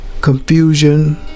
confusion